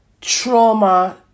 trauma